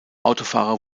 autofahrer